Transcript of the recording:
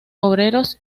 obreros